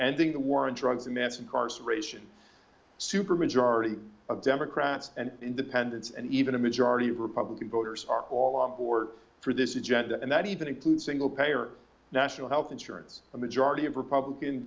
ending the war on drugs and mass incarceration super majority of democrats and independents and even a majority of republican voters are all on board for this agenda and that even includes single payer national health insurance a majority of republican